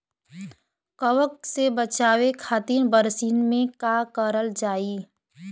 कवक से बचावे खातिन बरसीन मे का करल जाई?